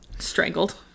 Strangled